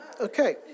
Okay